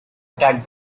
attack